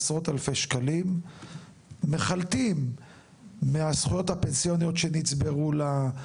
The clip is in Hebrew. או עשרות אלפי שקלים מחלטים מהזכויות הפנסיוניות שנצברו לה,